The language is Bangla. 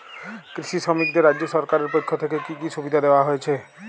কৃষি শ্রমিকদের রাজ্য সরকারের পক্ষ থেকে কি কি সুবিধা দেওয়া হয়েছে?